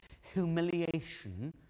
humiliation